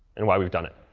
and why we've done it?